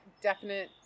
definite